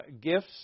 gifts